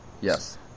Yes